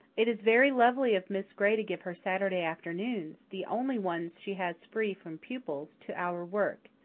it is very lovely of miss gray to give her saturday afternoons the only ones she has free from pupils to our work.